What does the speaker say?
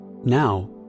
Now